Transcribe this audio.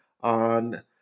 on